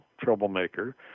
troublemaker